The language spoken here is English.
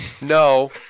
No